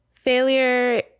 Failure